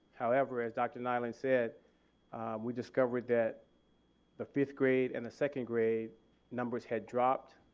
however as dr nyland said we discovered that the fifth grade and the second grade numbers had dropped.